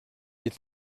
est